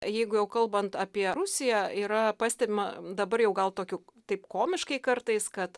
jeigu jau kalbant apie rusiją yra pastebima dabar jau gal tokių taip komiškai kartais kad